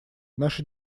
наша